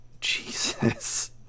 Jesus